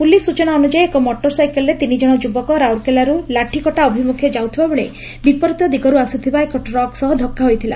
police ସୂଚନା ଅନୁଯାୟୀ ଏକ ମୋଟର ସାଇକେଲ୍ରେ ତିନି ଜଣ ଯୁବକ ରାଉରକେଲାରୁ ଲାଠିକଟା ଅଭିମୁଖେ ଯାଉଥିବାବେଳେ ବିପରୀତ ଦିଗରୁ ଆସୁଥିବା ଏକ ଟ୍ରକ୍ ସହ ଧକ୍କା ହୋଇଥିଲା